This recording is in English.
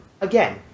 again